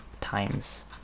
times